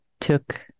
took